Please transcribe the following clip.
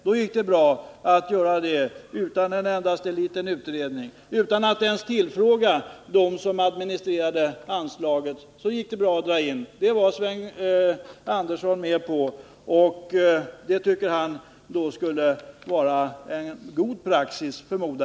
Det gick bra att dra in de pengarna utan en endaste liten utredning, utan att ens tillfråga dem som administrerar anslaget. Det var Sven Andersson med på, och det tycker han förmodligen skulle vara en god praxis.